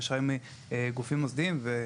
אשראי מגופים מוסדיים וכו'.